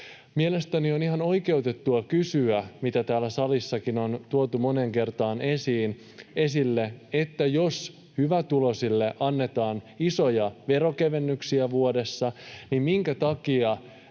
Mielestäni on ihan oikeutettua kysyä, mitä täällä salissakin on tuotu moneen kertaan esille, että jos hyvätuloisille annetaan isoja veronkevennyksiä vuodessa, niin minkä takia